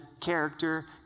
character